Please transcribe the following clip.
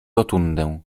rotundę